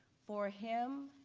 for him,